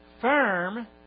Firm